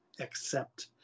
accept